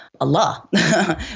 Allah